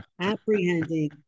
Apprehending